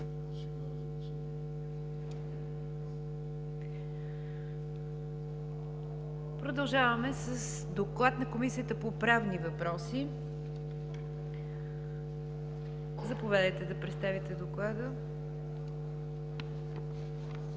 продължаваме с Доклада на Комисията по правни въпроси. Заповядайте да представите Доклада.